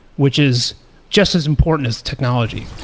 which is just as important as technology.